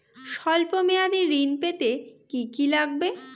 সল্প মেয়াদী ঋণ পেতে কি কি লাগবে?